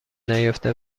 نیافته